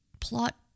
plot